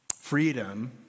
Freedom